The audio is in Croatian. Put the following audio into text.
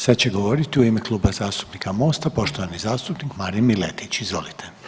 Sad će govoriti u ime Kluba zastupnika Mosta poštovani zastupnik Marin Miletić, izvolite.